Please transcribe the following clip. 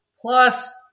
Plus